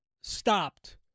stopped